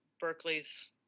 Berkeley's